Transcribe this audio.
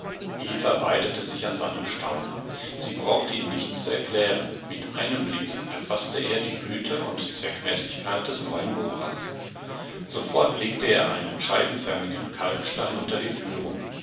weidete sich an seinem staunen sie brauchte ihm nichts zu erklären mit einem blick erfaßte er die güte und zweckmäßigkeit des neuen bohrers sofort legte er einen scheibenförmigen kalkstein unter die führung